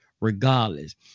regardless